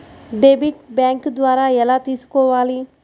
Debit bank ద్వారా ఎలా తీసుకోవాలి?